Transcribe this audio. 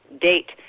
date